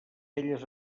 elles